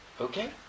Okay